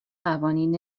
قوانین